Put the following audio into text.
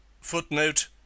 Footnote